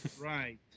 Right